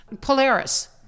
Polaris